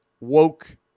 woke